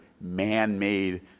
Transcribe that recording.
man-made